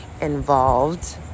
involved